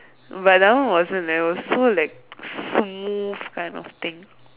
but that wasn't leh it was so like smooth kind of thing